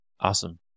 Awesome